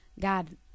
God